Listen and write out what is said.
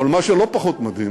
אבל מה שלא פחות מדהים